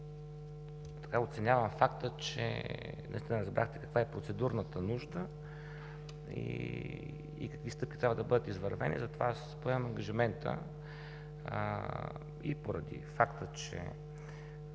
оценявам факта, че разбрахте, каква е процедурната нужда, и какви стъпки трябва да бъдат извървени, затова аз поемам ангажимента, и поради факта, че,